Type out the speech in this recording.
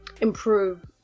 improve